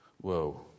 Whoa